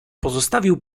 pozostawił